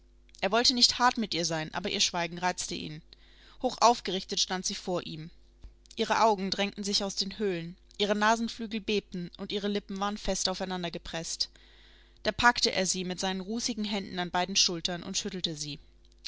er wollte nicht hart mit ihr sein aber ihr schweigen reizte ihn hochaufgerichtet stand sie vor ihm ihre augen drängten sich aus den höhlen ihre nasenflügel bebten und ihre lippen waren fest aufeinandergepreßt da packte er sie mit seinen rußigen händen an beiden schultern und schüttelte sie